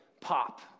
pop